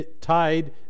tied